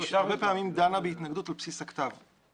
היא הרבה פעמים דנה בהתנגדות על בסיס הכתב.